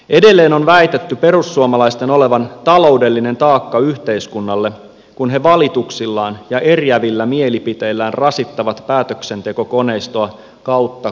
edelleen on väitetty perussuomalaisten olevan taloudellinen taakka yhteiskunnalle kun he valituksillaan ja eriävillä mielipiteillään rasittavat päätöksentekokoneistoa kautta koko maan